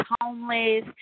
homeless